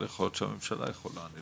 יכול להיות שנפסיק בשבוע הבא שתיים ונניע